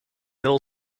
hill